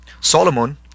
Solomon